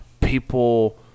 people